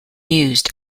used